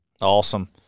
Awesome